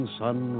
sun